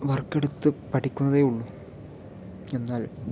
വർക്കെടുത്ത് പഠിക്കുന്നതേ ഉളളൂ എന്നാൽ